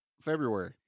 February